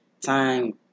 Time